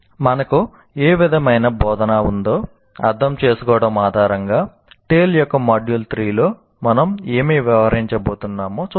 మనకు ఏ విధమైన బోధన ఉందో అర్థం చేసుకోవడం ఆధారంగా TALE యొక్క మాడ్యూల్ 3 లో మనం ఏమి వ్యవహరించబోతున్నామో చూద్దాం